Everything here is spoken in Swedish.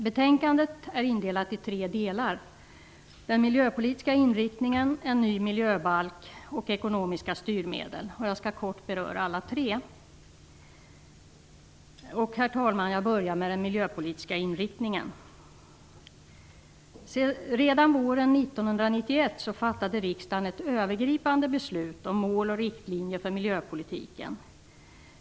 Betänkandet är indelat i tre delar: Den miljöpolitiska inriktningen, en ny miljöbalk och ekonomiska styrmedel. Jag skall kort beröra alla tre. Herr talman! Jag börjar med den miljöpolitiska inriktningen. Redan våren 1991 fattade riksdagen ett övergripande beslut om mål och riktlinjer för miljöpolitiken.